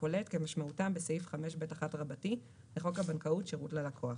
קולט" כמשמעותם בסעיף 5ב1 לחוק הבנקאות (שירות ללקוח)."